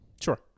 sure